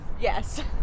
Yes